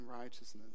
righteousness